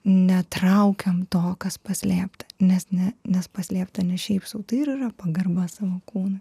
netraukiam to kas paslėpta nes ne nes paslėpta ne šiaip sau tai ir yra pagarba savo kūnui